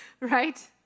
Right